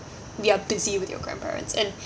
we are busy with your grandparents and